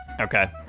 Okay